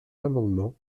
l’amendement